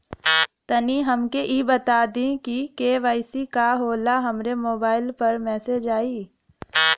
तनि हमके इ बता दीं की के.वाइ.सी का होला हमरे मोबाइल पर मैसेज आई?